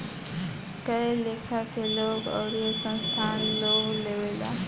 कए लेखा के लोग आउर संस्थान लोन लेवेला